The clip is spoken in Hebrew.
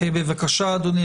בבקשה, אדוני.